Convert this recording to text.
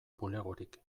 bulegorik